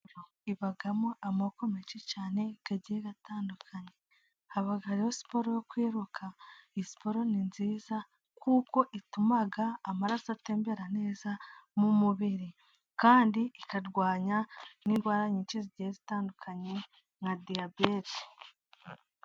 Ibamo amoko menshi cyane, agiye atandukanye, haba rero siporo yo kwiruka, iyi siporo ni nziza, kuko ituma amaraso atembera neza mu mubiri, kandi ikarwanya n'indwara nyinshi, zigenda zitandukanye nka diyabete.